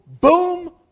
boom